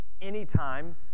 anytime